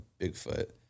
Bigfoot